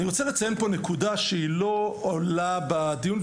אני רוצה לציין פה נקודה שהיא לא עולה בדיון,